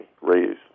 raise